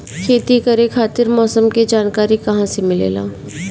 खेती करे खातिर मौसम के जानकारी कहाँसे मिलेला?